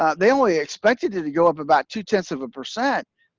ah they only expected it to go up about two-tenths of a percent,